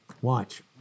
Watch